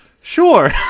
Sure